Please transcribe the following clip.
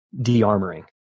de-armoring